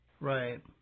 Right